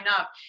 up